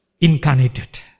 incarnated